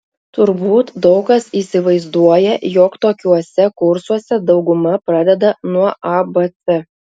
turbūt daug kas įsivaizduoja jog tokiuose kursuose dauguma pradeda nuo abc